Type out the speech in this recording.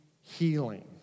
healing